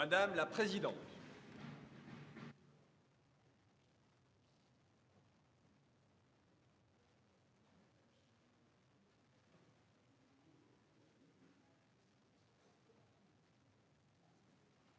Madame la présidente,